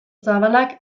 zabalak